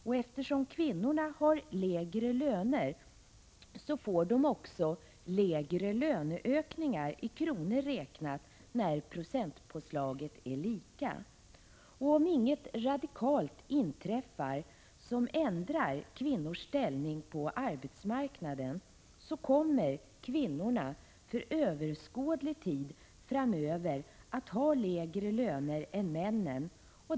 Och eftersom kvinnorna har lägre löner får de också lägre löneökningar i kronor räknat när procentpåslagen är lika. Om inget radikalt inträffar som ändrar kvinnornas ställning på arbetsmarknaden kommer kvinnorna för överskådlig tid framöver att ha lägre löner än männen.